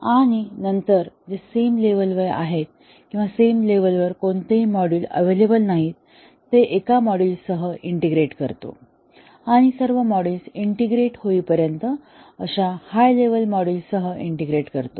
आणि नंतर जे सेम लेव्हलवर आहे किंवा सेम लेव्हलवर कोणतेही मॉड्यूल अव्हेलेबल नाहीत ते एका मॉड्यूलसह इंटिग्रेट करतो आणि सर्व मॉड्यूल्स इंटिग्रेट होईपर्यंत अशा हाय लेव्हलवर मॉड्यूलसह इंटिग्रेट करतो